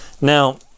now